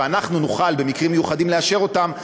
ואנחנו נוכל במקרים מיוחדים לאשר אותם.